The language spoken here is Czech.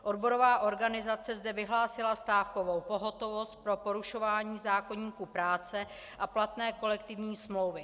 Odborová organizace zde vyhlásila stávkovou pohotovost pro porušování zákoníku práce a platné kolektivní smlouvy.